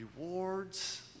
Rewards